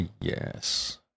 Yes